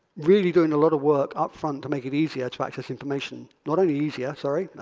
really doing a lot of work upfront to make it easier to access information. not only easier, sorry,